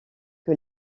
que